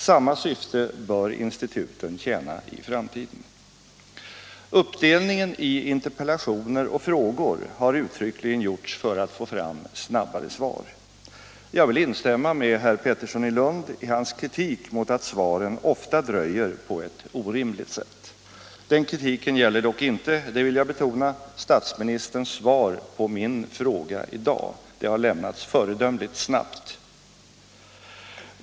Samma syfte bör instituten tjäna i framtiden.” Uppdelningen i interpellationer och frågor har uttryckligen gjorts för att man skall få fram svaren tidigare. Jag vill instämma med herr Pettersson i Lund i hans kritik mot att svaren ofta dröjer på ett orimligt sätt. Den kritiken gäller dock inte, det vill jag betona, statsministerns svar på min fråga i dag. Det har lämnats föredömligt snart.